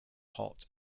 hot